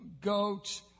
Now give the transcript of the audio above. goats